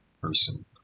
person